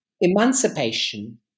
emancipation